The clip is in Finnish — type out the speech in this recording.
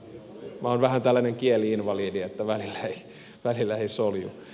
minä olen vähän tällainen kieli invalidi että välillä ei solju